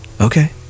Okay